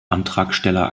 antragsteller